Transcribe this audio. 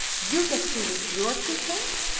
you get two with your two cents,